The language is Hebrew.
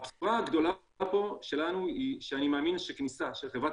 הבשורה הגדולה שלנו היא שאני מאמין שכניסה של חברת